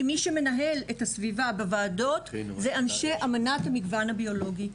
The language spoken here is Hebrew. כי מי שמנהל את הסביבה בוועדות זה אנשי אמנת המגוון הביולוגי,